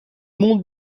monde